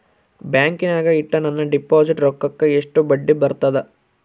ಬ್ಯಾಂಕಿನಾಗ ಇಟ್ಟ ನನ್ನ ಡಿಪಾಸಿಟ್ ರೊಕ್ಕಕ್ಕ ಎಷ್ಟು ಬಡ್ಡಿ ಬರ್ತದ?